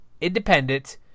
independent